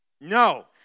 No